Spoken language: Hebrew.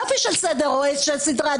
יופי של סדרי עדיפויות.